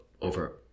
over